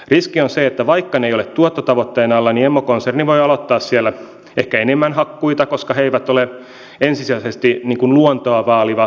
riski on se että vaikka ne eivät ole tuottotavoitteen alla niin emokonserni voi aloittaa siellä ehkä enemmän hakkuita koska he eivät ole ensisijaisesti luontoa vaaliva toimija